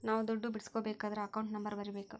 ನಾವ್ ದುಡ್ಡು ಬಿಡ್ಸ್ಕೊಬೇಕದ್ರ ಅಕೌಂಟ್ ನಂಬರ್ ಬರೀಬೇಕು